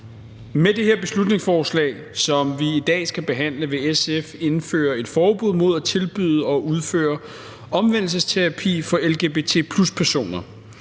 Med det her beslutningsforslag, som vi i dag skal behandle, vil SF indføre et forbud mod at tilbyde og udføre omvendelsesterapi for lgbt+-personer.